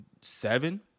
seven